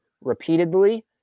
repeatedly